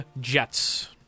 Jets